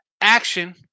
action